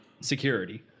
security